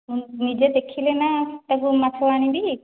ମୁଁ ନିଜେ ଦେଖିଲେ ନା ତାକୁ ମାଛ ଆଣିବି